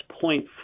point